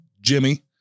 Jimmy